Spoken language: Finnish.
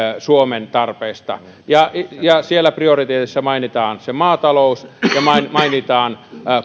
suomen tarpeista ja ja siellä prioriteetissa mainitaan se maatalous ja mainitaan